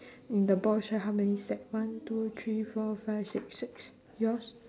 in the box right how many set one two three four five six six yours